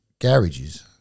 garages